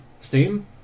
Steam